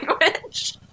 language